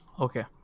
Okay